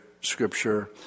scripture